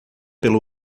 pelo